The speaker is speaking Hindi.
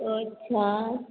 अच्छा